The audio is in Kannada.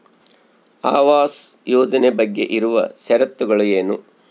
ಆವಾಸ್ ಯೋಜನೆ ಬಗ್ಗೆ ಇರುವ ಶರತ್ತುಗಳು ಏನು?